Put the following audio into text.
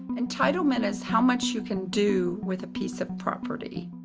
entitlement is how much you can do with a piece of property.